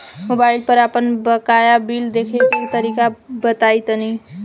Mobile पर आपन बाकाया बिल देखे के तरीका बताईं तनि?